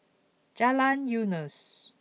Jalan Eunos